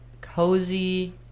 cozy